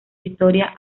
historia